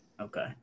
Okay